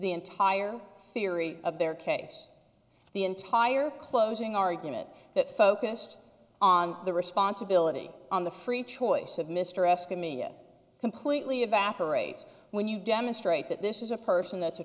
the entire theory of their case the entire closing argument that focused on the responsibility on the free choice of mr escott media completely evaporates when you demonstrate that this is a person that's a